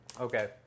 Okay